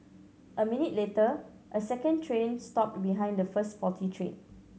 a minute later a second train stopped behind the first faulty train